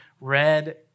red